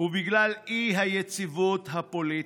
ובגלל האי-יציבות הפוליטית,